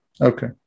okay